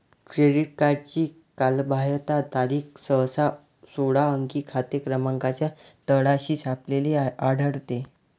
credit कार्डची कालबाह्यता तारीख सहसा सोळा अंकी खाते क्रमांकाच्या तळाशी छापलेली आढळते